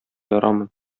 ярамый